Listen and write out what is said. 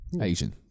Asian